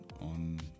on